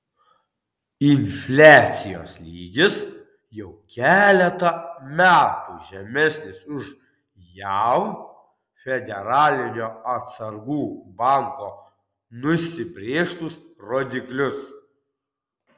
infliacijos lygis jau keletą metų žemesnis už jav federalinio atsargų banko nusibrėžtus rodiklius